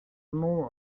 more